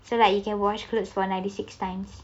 so like you can wash clothes for ninety six times